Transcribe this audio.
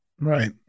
Right